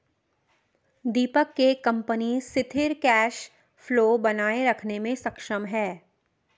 दीपक के कंपनी सिथिर cash flow बनाए रखने मे सक्षम है